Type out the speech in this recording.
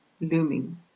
looming